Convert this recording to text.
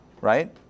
right